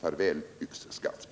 Farväl yxskaft!